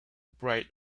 bright